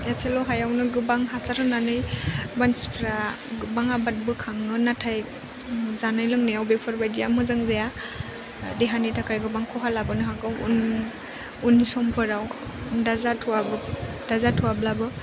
एसेल' हायावनो गोबां हासार होनानै मानसिफ्रा गोबां आबाद बोखाङो नाथाय जानाय लोंनायाव बेफोर बायदिया मोजां जाया देहानि थाखाय गोबां खहा लाबोनो हागौ उन उननि समफोराव दा जाथ'वा दा जाथ'वाब्लाबो